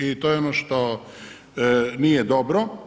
I to je ono što nije dobro.